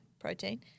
protein